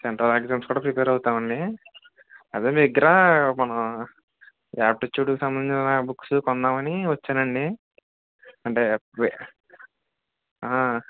central exams కూడా prepare అవుతాం అండి అదే మీ దగ్గర మన యాప్టిట్యూడ్కి సంబంధించిన బుక్స్ కొందాం అని వచ్చాను అండి అంటే వే